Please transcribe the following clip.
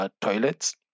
toilets